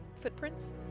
footprints